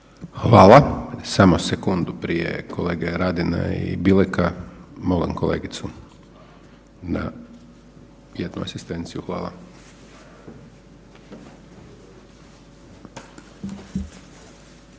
Hvala. Samo sekundu prije kolege Radina i Bileka molim kolegicu za jednu asistenciju. Hvala. Izvolite